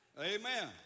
Amen